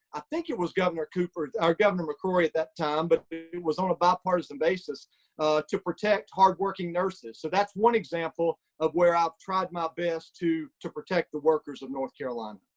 i think it was governor cooper or governor mccrory at that time. but it was on a bipartisan basis to protect hard working nurses. so that's one example of where i've tried my best to to protect the workers of north carolina.